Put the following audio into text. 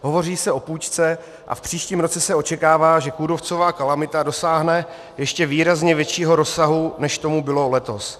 Hovoří se o půjčce a v příštím roce se očekává, že kůrovcová kalamita dosáhne ještě výrazně většího rozsahu, než tomu bylo letos.